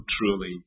truly